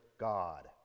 god